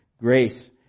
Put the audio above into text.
Grace